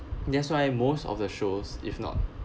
that's why most of the shows if not